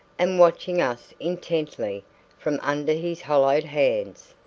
and watching us intently from under his hollowed hands.